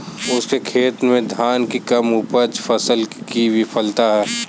उसके खेत में धान की कम उपज फसल की विफलता है